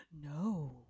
No